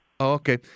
Okay